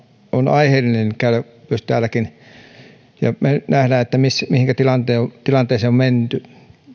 on aiheellinen käydä myös täällä me näemme nyt mihinkä tilanteeseen tilanteeseen on menty